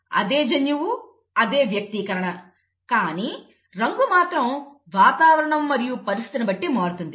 అదే జన్యువు అదే వ్యక్తీకరణ కానీ రంగు మాత్రం వాతావరణం మరియు పరిస్థితిని బట్టి మారుతుంది